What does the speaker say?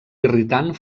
irritant